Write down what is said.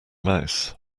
mouse